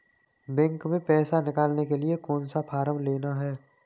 Bank में पैसा निकालने के लिए कौन सा फॉर्म लेना है?